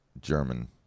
German